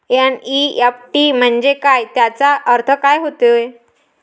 NEFT म्हंजे काय, त्याचा अर्थ काय होते?